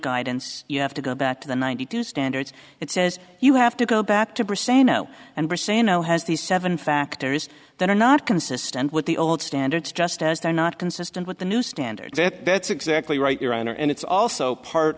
guidance you have to go back to the ninety two standards it says you have to go back to percent now and we're saying now has these seven factors that are not consistent with the old standards just as they're not consistent with the new standards that that's exactly right your honor and it's also part